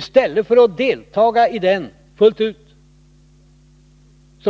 I stället för att delta i den fullt ut